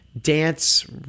dance